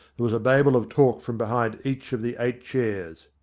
there was a babel of talk from behind each of the eight chairs.